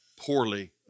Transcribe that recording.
poorly